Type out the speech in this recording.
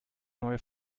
neue